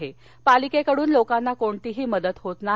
महापालिकेकडून लोकांना कोणतीही मदत होत नाही